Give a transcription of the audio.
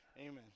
Amen